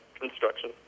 construction